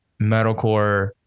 metalcore